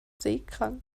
seekrank